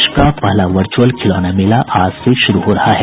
देश का पहला वर्चुअल खिलौना मेला आज से शुरू हो रहा है